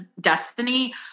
destiny